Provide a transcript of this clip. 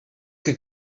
que